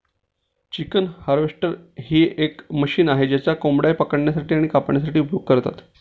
chicken harvester हे एक machine आहे ज्याचा कोंबड्या पकडण्यासाठी आणि कापण्यासाठी उपयोग करतात